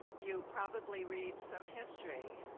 you probably read some history,